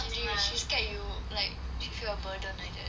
and she scared you like she feel a burden like that